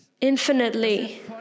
infinitely